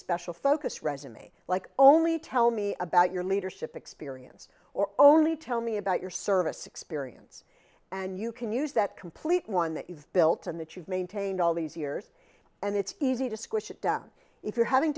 special focus rsum like only tell me about your leadership experience or only tell me about your service experience and you can use that complete one that you've built and that you've maintained all these years and it's easy to squish it down if you're having